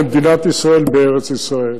למדינת ישראל בארץ-ישראל,